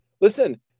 Listen